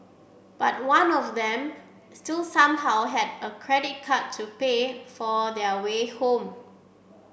but one of them still somehow had a credit card to pay for their way home